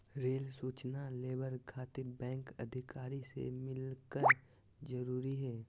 Rail सूचना labour खातिर bank अधिकारी से मिलक जरूरी है?